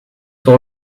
pour